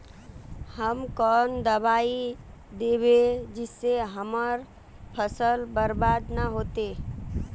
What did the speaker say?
हम कौन दबाइ दैबे जिससे हमर फसल बर्बाद न होते?